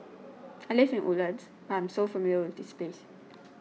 I live in Woodlands but I'm so familiar with this place